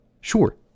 Sure